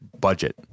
budget